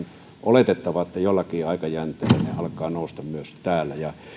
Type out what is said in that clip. oletettavaa että jollakin aikajänteellä ne alkavat nousta myös täällä ja